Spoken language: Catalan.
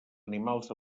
animals